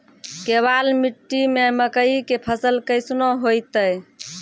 केवाल मिट्टी मे मकई के फ़सल कैसनौ होईतै?